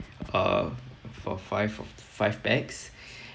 uh for five uh five pax